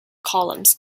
columns